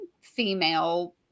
female